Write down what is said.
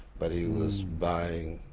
but he was buying,